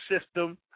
system